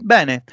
Bene